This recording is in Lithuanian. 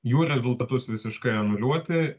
jų rezultatus visiškai anuliuoti